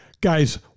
Guys